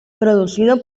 producido